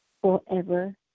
forever